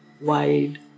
wide